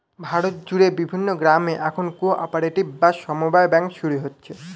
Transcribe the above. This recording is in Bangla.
ভারত জুড়ে বিভিন্ন গ্রামে এখন কো অপারেটিভ বা সমব্যায় ব্যাঙ্ক শুরু হচ্ছে